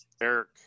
Eric